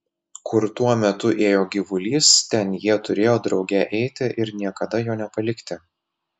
kur tuo metu ėjo gyvulys ten jie turėjo drauge eiti ir niekada jo nepalikti